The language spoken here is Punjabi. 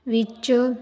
ਵਿੱਚ